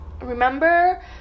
Remember